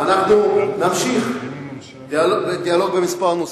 אנחנו נמשיך בדיאלוג בכמה נושאים,